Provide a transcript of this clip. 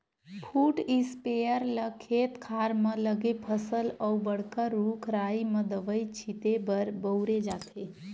foot sprayer ल खेत खार म लगे फसल अउ बड़का रूख राई म दवई छिते बर बउरे जाथे